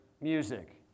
music